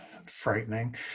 Frightening